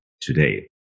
today